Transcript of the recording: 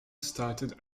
started